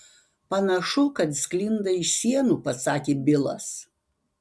panašu kad sklinda iš sienų pasakė bilas